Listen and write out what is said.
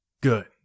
Good